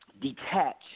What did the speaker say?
detach